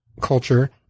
culture